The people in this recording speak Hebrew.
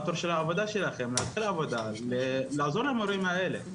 התור של העבודה שלכם לעזור למורים האלה,